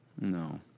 No